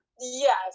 Yes